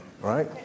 right